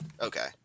Okay